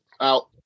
out